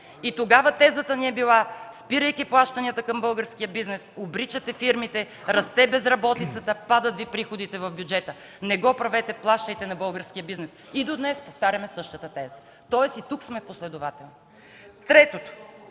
И тогава тезата ни е била: спирайки плащанията към българския бизнес, обричате фирмите, расте безработицата, падат Ви приходите в бюджета. Не го правете! Плащайте на българския бизнес! И до днес повтаряме същата теза. Тоест и тук сме последователни. ЯНАКИ